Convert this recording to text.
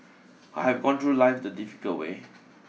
I have gone through life the difficult way